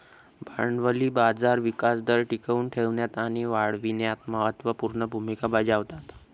भांडवली बाजार विकास दर टिकवून ठेवण्यात आणि वाढविण्यात महत्त्व पूर्ण भूमिका बजावतात